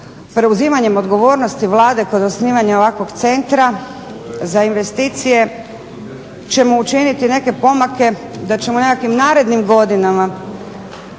preuzimanjem odgovornosti Vlade kod osnivanja ovakvog Centra za investicije ćemo učiniti neke pomake da ćemo u nekakvim narednim godinama